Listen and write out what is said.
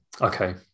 Okay